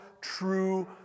true